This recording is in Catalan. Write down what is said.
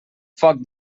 foc